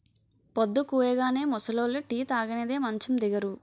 పొద్దుకూయగానే ముసలోళ్లు టీ తాగనిదే మంచం దిగరు